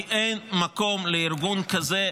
כי אין מקום לארגון כזה,